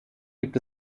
gibt